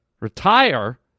Retire